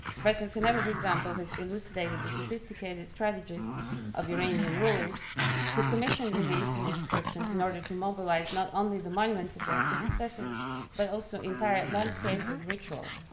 professor canepa, for example, has elucidated the sophisticated strategies of iranian rulers who commissioned reliefs and inscriptions in order to mobilize not only the monuments of their predecessors but also entire landscapes of ritual,